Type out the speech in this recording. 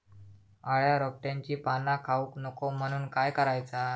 अळ्या रोपट्यांची पाना खाऊक नको म्हणून काय करायचा?